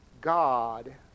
God